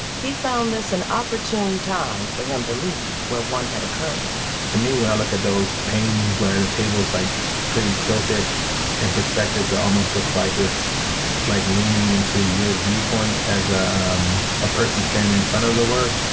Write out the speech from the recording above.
he found this an opportune time for him to leave where one had occurred to me, when i look at those paintings where the tables are like pretty tilted in perspective. almost looks like it's like leaning into your viewpoint as a um ah person standing in front of the work.